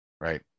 right